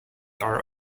are